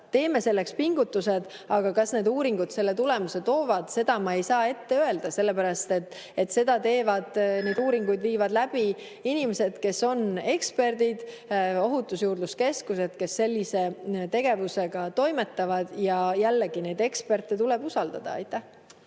teeme selleks pingutusi, aga kas need uuringud selle tulemuse toovad, seda ma ei saa ette öelda, sellepärast et neid uuringuid viivad läbi inimesed, kes on eksperdid Ohutusjuurdluse Keskuses, kes sellise tegevusega toimetavad. Ja jällegi, neid eksperte tuleb usaldada. Tänan!